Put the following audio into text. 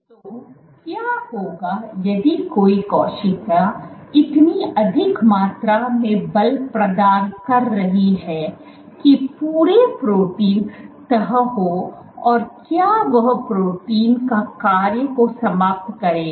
तो क्या होगा यदि कोई कोशिका इतनी अधिक मात्रा में बल प्रदान कर रही है कि पूरे प्रोटीन तह हो और क्या वह प्रोटीन का कार्य को समाप्त करेगा